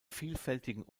vielfältigen